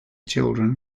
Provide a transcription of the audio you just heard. children